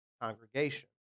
congregation